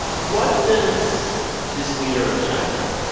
what does this leader of china,